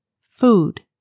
Food